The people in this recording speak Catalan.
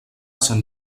sant